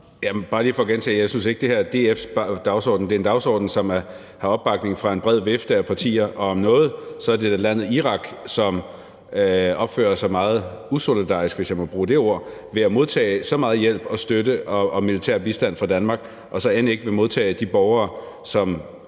Bare lige for at gentage: Jeg synes ikke, det her er DF's dagsorden. Det er en dagsorden, som har opbakning fra en bred vifte af partier. Og om nogen er det da landet Irak, som opfører sig meget usolidarisk, hvis jeg må bruge det ord, ved at modtage så meget hjælp, støtte og militær bistand fra Danmark og så end ikke vil modtage de borgere, som